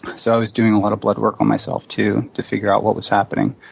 so i was doing a lot of bloodwork on myself, too, to figure out what was happening.